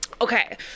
Okay